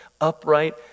upright